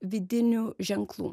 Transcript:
vidinių ženklų